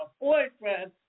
boyfriend